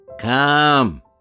Come